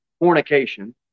fornication